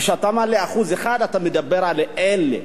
כשאתה מעלה 1% אחד, אתה מדבר על אלה.